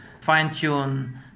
fine-tune